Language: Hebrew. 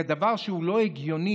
זה דבר שהוא לא הגיוני.